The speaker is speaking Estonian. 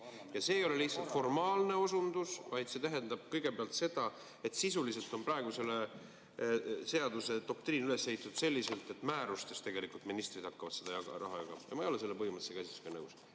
Ja see ei ole lihtsalt formaalne osundus, vaid see tähendab kõigepealt seda, et sisuliselt on praeguse seaduse doktriin üles ehitatud selliselt, et määrustes tegelikult ministrid hakkavad seda raha jagama, ja ma ei ole selle põhimõttelise käsitlusega nõus.